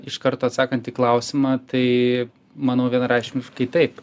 iš karto atsakant į klausimą tai manau vienareikšmiškai taip